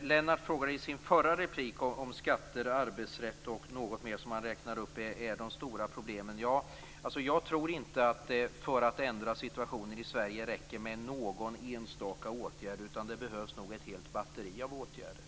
Lennart ställde i sin förra replik frågan om skatter, arbetsrätt och något mer som han räknade upp är de stora problemen. Jag tror inte att det för att ändra situationen i Sverige räcker med någon enstaka åtgärd, utan det behövs nog ett helt batteri av åtgärder.